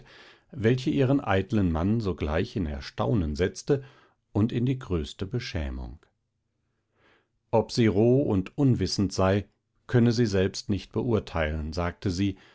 welche ihren eiteln mann sogleich in erstaunen setzte und in die größte beschämung ob sie roh und unwissend sei könne sie selbst nicht beurteilen sagte sie